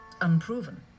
unproven